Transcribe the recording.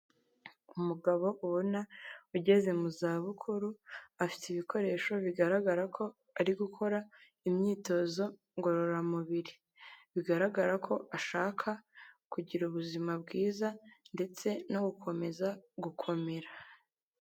Umugabo ubona ugeze mu za bukuru, afite ibikoresho bigaragara ko ari gukora imyitozo ngororamubiri, bigaragara ko ashaka kugira ubuzima bwiza, ndetse no gukomeza gukomera.